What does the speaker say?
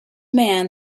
man